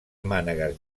mànegues